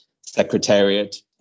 Secretariat